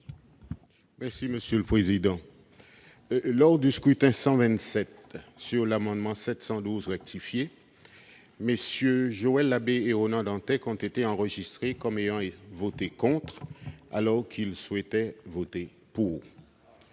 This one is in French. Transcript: est à M. Guillaume Arnell. Lors du scrutin n° 127 sur l'amendement n° 712 rectifié, MM. Joël Labbé et Roland Dantec ont été enregistrés comme ayant voté contre, alors qu'ils souhaitaient voter pour.